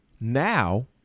now